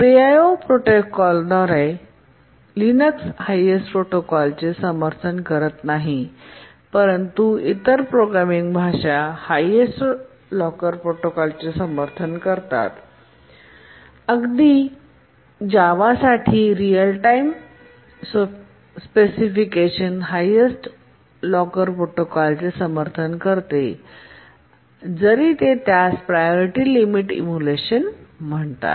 POSIX द्वारा समर्थित Linux highest locker प्रोटोकॉलचे समर्थन करत नाही परंतु इतर प्रोग्रामिंग भाषा हायेस्ट लॉकर प्रोटोकॉलचे समर्थन करतात अगदी जावासाठी real time specification highest locker प्रोटोकॉलचे समर्थन करते जरी ते त्यास प्रायोरिटी लिमिट एमुलेशन म्हणतात